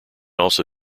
also